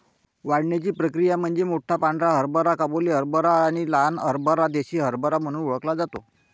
वाढण्याची प्रक्रिया म्हणजे मोठा पांढरा हरभरा काबुली हरभरा आणि लहान हरभरा देसी हरभरा म्हणून ओळखला जातो